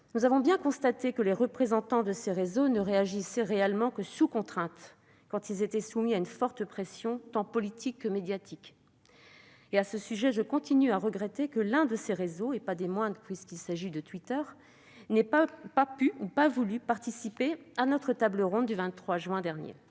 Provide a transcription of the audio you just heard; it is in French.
nous avons bien constaté que les représentants de ces réseaux ne réagissaient réellement que sous contrainte, quand ils étaient soumis à une forte pression tant politique que médiatique. À ce sujet, je continue de regretter que l'un de ces réseaux, et pas des moindres puisqu'il s'agit de Twitter, n'ait pas pu ou pas voulu participer à notre table ronde du 23 juin dernier.